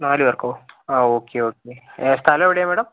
നാലുപേർക്കോ ആ okay okay സ്ഥലം എവിടെയാണ് മാഡം